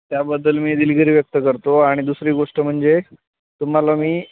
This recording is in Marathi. त्याबद्दल मी दिलगिरी व्यक्त करतो आणि दुसरी गोष्ट म्हणजे तुम्हाला मी